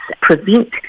prevent